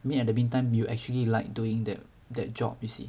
I mean at the meantime you actually liked doing that that job you see